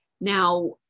Now